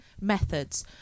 methods